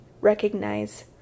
recognize